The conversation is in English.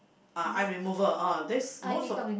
ah eye remover ah this most of